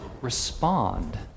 respond